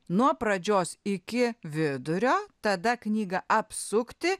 nuo pradžios iki vidurio tada knygą apsukti